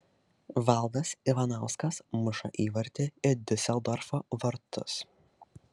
valdas ivanauskas muša įvartį į diuseldorfo vartus